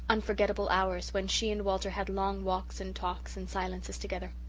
unforgettable hours, when she and walter had long walks and talks and silences together.